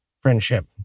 friendship